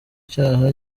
cyaha